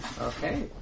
Okay